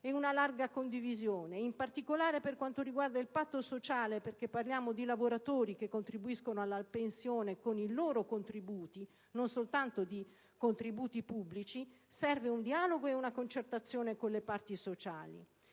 ed una larga condivisione, in particolare per quanto riguarda il patto sociale, perché parliamo di lavoratori che contribuiscono alla pensione con i loro contributi, non soltanto pubblici. Serve un dialogo ed una concertazione con le parti sociali.